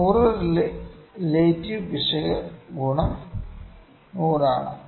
100 relative പിശക് ഗുണം 100 ആണ്